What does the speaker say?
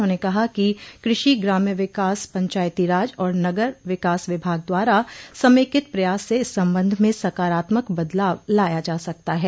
उन्होंने कहा कि कृषि ग्राम्य विकास पंचायती राज और नगर विकास विभाग द्वारा समेकित प्रयास से इस संबंध में सकारात्मक बदलाव लाया जा सकता है